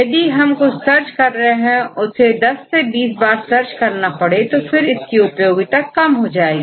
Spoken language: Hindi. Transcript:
यदि हम कुछ सर्च कर रहे हो और इसे प्राप्त करने में 10 से 20 बार सर्च करना पड़े तो इसकी उपयोगिता कम हो जाती है